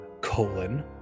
colon